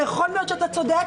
ויכול מאוד להיות שאתה צודק.